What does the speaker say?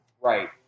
Right